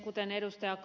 kuten ed